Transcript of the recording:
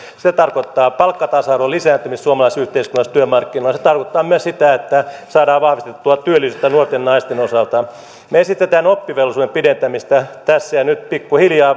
se tarkoittaa palkkatasa arvon lisääntymistä suomalaisessa yhteiskunnassa työmarkkinoilla se tarkoittaa myös sitä että saadaan vahvistettua työllisyyttä nuorten naisten osalta me esitämme oppivelvollisuuden pidentämistä tässä ja nyt pikkuhiljaa